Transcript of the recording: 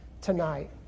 tonight